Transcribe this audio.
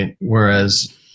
Whereas